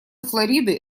флориды